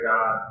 God